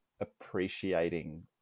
appreciating